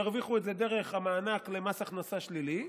ירוויחו את זה דרך המענק של מס הכנסה שלילי.